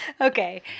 Okay